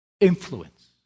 influence